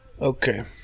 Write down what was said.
Okay